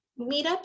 meetups